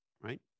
right